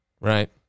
Right